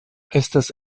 estas